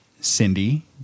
Cindy